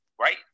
right